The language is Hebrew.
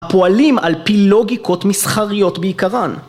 פועלים על פי לוגיקות מסחריות בעיקרן.